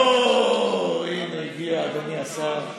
אוה, הינה הגיע אדוני השר.